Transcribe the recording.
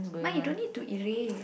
mine you don't need to erase